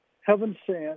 heaven-sent